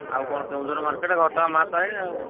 ଆଉ କ'ଣ କେଉଁଝର ମାର୍କେଟ୍ ଘଟଗାଁ ମାଆ ତାରିଣୀ ଆଉ